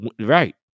Right